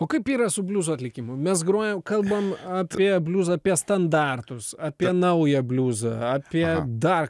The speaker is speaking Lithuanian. o kaip yra su bliuzo atlikimu mes grojam kalbam apie bliuzą apie standartus apie naują bliuzą apie dar